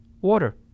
water